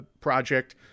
project